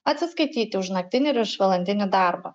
atsiskaityti už naktinį ir viršvalandinį darbą